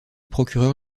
procureur